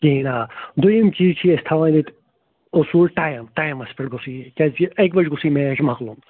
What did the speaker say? کِہیٖنۍ آ دۄیِم چیٖز چھِ أسۍ تھاوان ییٚتہِ اصوٗل ٹایِم ٹایمَس پٮ۪ٹھ گوٚژھُے یہِ کیٛازکہِ اَکہِ بَجہِ گوٚژھُے میچ مَکلُن